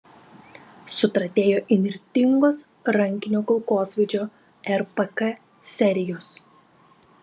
sutratėjo įnirtingos rankinio kulkosvaidžio rpk serijos